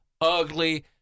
ugly